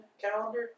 calendar